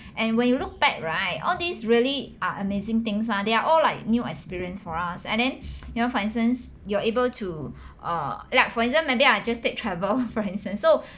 and when you look back right all these really are amazing things lah they are all like new experience for us and then you know for instance you're able to err like for example maybe I'll just take travel for instance so